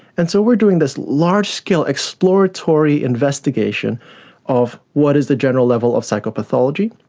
and so we are doing this large-scale exploratory investigation of what is the general level of psychopathology,